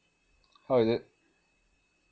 how is it